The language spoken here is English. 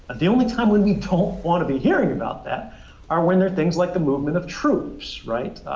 the only time when we don't want to be hearing about that are when they're things like the movement of troops, right,